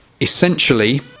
Essentially